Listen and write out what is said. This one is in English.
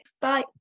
Bye